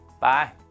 Bye